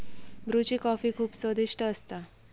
ब्रुची कॉफी खुप स्वादिष्ट असता